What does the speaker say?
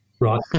right